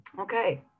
Okay